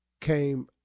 came